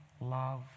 love